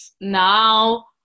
now